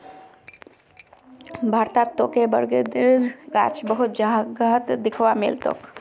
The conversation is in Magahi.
भारतत तोके बरगदेर गाछ बहुत जगहत दख्वा मिल तोक